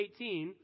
18